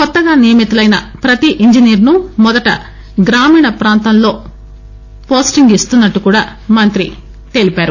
కొత్తగా నియమితులైన ప్రతీ ఇంజినీరును మొదట గ్రామీణ ప్రాంతాల్లో పోస్టింగ్ ఇస్తున్నట్లు కూడా మంత్రి తెలిపారు